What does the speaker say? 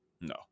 No